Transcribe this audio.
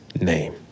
name